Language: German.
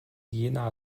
jena